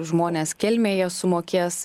žmonės kelmėje sumokės